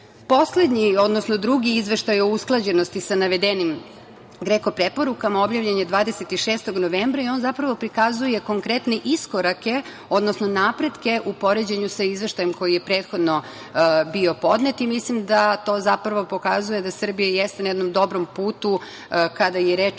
godine. Poslednji, odnosno drugi izveštaj o usklađenosti sa navedenim GREKO preporukama objavljen je 26. novembra i on zapravo prikazuje konkretne iskorake, odnosno napretke u poređenju sa izveštajem koji je prethodno bio podnet i mislim da zapravo to pokazuje da Srbija jeste na jednom dobrom putu kada je reč